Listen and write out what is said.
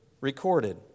recorded